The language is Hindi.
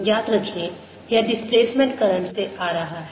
याद रखें यह डिस्प्लेसमेंट करंट से आ रहा है